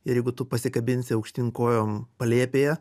ir jeigu tu pasikabinsi aukštyn kojom palėpėje